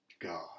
God